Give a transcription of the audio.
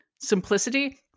simplicity